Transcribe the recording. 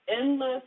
endless